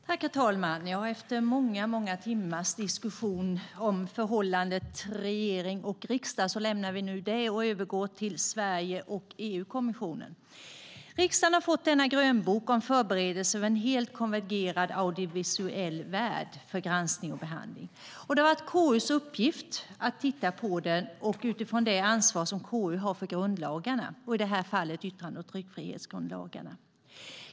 Herr talman! Efter många timmars diskussion om förhållandet mellan regering och riksdag lämnar vi nu det och övergår till Sverige och EU-kommissionen. Riksdagen har fått denna grönbok om förberedelser för en helt konvergerad audiovisuell värld för granskning och behandling. Det har varit KU:s uppgift att titta på den utifrån det ansvar som KU har för grundlagarna, i det här fallet yttrande och tryckfrihetsgrundlagarna.